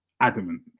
adamant